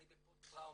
אני בפוסט טראומה,